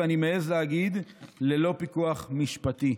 ואני מעז להגיד ללא פיקוח משפטי,